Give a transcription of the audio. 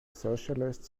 socialist